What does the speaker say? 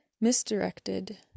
misdirected